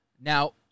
now